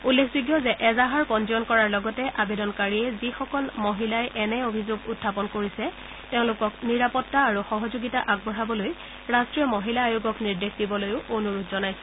উল্লেখযোগ্য যে এজাহাৰ পঞ্জীয়ন কৰাৰ লগতে আবেদনকাৰীয়ে যিসকল মহিলাই এনে অভিযোগ উখাপন কৰিছে তেওঁলোকক নিৰাপত্তা আৰু সহযোগিতা আগবঢ়াবলৈ ৰাষ্ট্ৰীয় মহিলা আয়োগক নিৰ্দেশ দিবলৈও অনুৰোধ জনাইছে